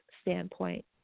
standpoint